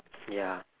ya